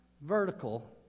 vertical